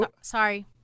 Sorry